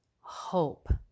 hope